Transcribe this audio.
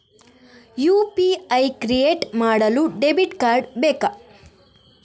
UPI create ಮಾಡಲು debit card ಬೇಕಾ?